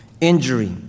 injury